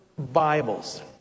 bibles